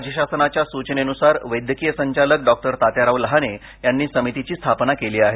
राज्य शासनाच्या सुचनेनुसार वैद्यकीय संचालक डॉक्टर तात्याराव लहाने यांनी समितीची स्थापना केली आहे